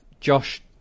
Josh